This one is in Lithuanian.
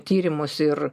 tyrimus ir